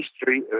history